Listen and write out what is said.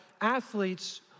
athletes